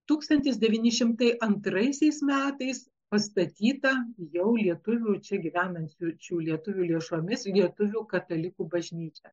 tūkstantis devyni šimtai antraisiais metais pastatyta jau lietuvių čia gyvenančių lietuvių lėšomis lietuvių katalikų bažnyčia